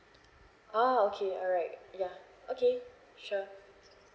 oh okay alright yeah okay sure